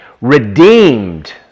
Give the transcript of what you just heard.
redeemed